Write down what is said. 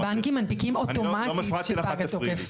הבנקים מנפיקים אוטומטית כשפג התוקף.